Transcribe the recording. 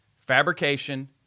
fabrication